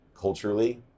culturally